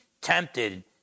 tempted